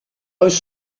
aus